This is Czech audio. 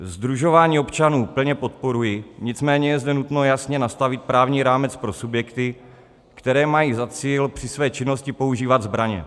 Sdružování občanů plně podporuji, nicméně je zde nutno jasně nastavit právní rámec pro subjekty, které mají za cíl při své činnosti používat zbraně.